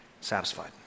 satisfied